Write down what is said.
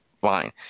fine